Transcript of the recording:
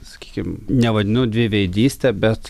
sakykim nevadinu dviveidyste bet